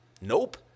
Nope